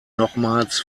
nochmals